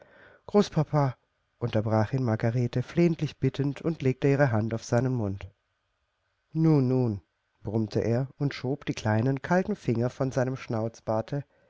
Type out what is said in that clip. großpapa unterbrach ihn margarete flehentlich bittend und legte ihre hand auf seinen mund nun nun brummte er und schob die kleinen kalten finger von seinem